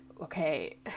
okay